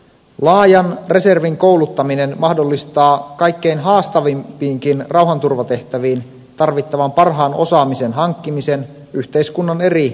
laajan reservin kouluttaminen mahdollistaa kaikkein haastavimpiinkin rauhanturvatehtäviin tarvittavan parhaan osaamisen hankkimisen yhteiskunnan eri osa alueilta